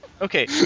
Okay